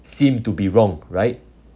seem to be wrong right